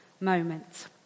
moment